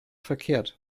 verkehrt